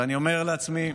ואני אומר לעצמי: